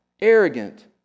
Arrogant